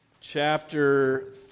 chapter